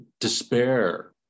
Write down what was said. despair